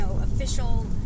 official